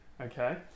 Okay